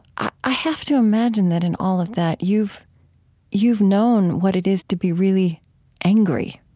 i have to imagine that in all of that you've you've known what it is to be really angry